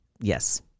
Yes